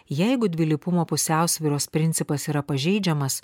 jeigu dvilypumo pusiausvyros principas yra pažeidžiamas